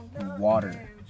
Water